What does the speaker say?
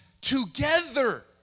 together